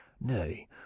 Nay